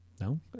No